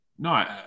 No